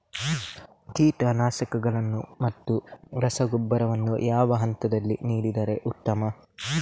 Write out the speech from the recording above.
ಕೀಟನಾಶಕಗಳನ್ನು ಮತ್ತು ರಸಗೊಬ್ಬರವನ್ನು ಯಾವ ಹಂತದಲ್ಲಿ ನೀಡಿದರೆ ಉತ್ತಮ?